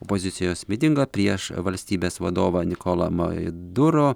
opozicijos mitingą prieš valstybės vadovą nikolą maiduro